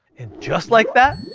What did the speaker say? and just like that,